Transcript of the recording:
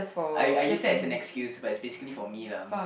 I I use that as an excuse but is basically for me lah